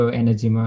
energy